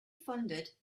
funded